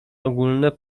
ogólne